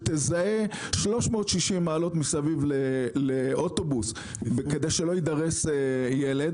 שתזהה 360 מעלות מסביב לאוטובוס כדי שלא יידרס ילד,